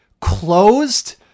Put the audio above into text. closed